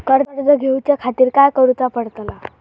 कर्ज घेऊच्या खातीर काय करुचा पडतला?